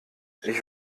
ich